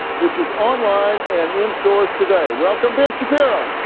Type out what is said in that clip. which is online and in stores today. welcome, ben shapiro! i